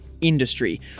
industry